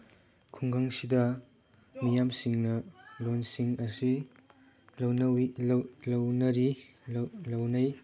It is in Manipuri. ꯈꯨꯡꯒꯪꯁꯤꯗ ꯃꯤꯌꯥꯝꯁꯤꯡꯅ ꯂꯣꯟꯁꯤꯡ ꯑꯁꯤ ꯂꯧꯅꯩ